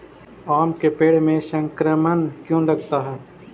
आम के पेड़ में संक्रमण क्यों लगता है?